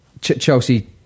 Chelsea